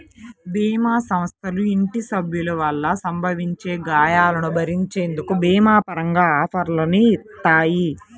భీమా సంస్థలు ఇంటి సభ్యుల వల్ల సంభవించే గాయాలను భరించేందుకు భీమా పరంగా ఆఫర్లని ఇత్తాయి